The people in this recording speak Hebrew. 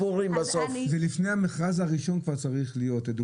זה לפני המכרז הראשון כבר צריך להיות.